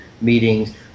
meetings